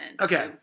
Okay